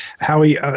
Howie